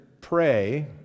pray